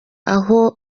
aho